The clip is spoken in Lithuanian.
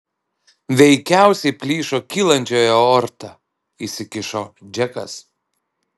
veikiausiai plyšo kylančioji aorta įsikišo džekas